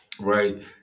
right